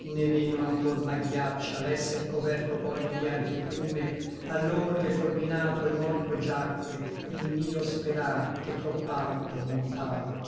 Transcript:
né meno anchor m agghiaccia l'esser coverto poi di bianche piume allor che folminato et morto giacque il mio sperar che tropp'alto montava